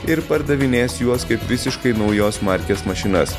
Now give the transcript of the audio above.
ir pardavinės juos kaip visiškai naujos markės mašinas